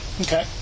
Okay